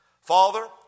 Father